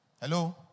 Hello